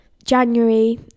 January